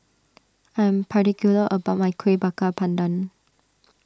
I am particular about my Kueh Bakar Pandan